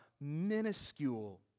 minuscule